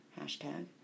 hashtag